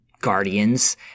guardians